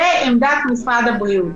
זאת עמדת משרד הבריאות.